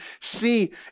see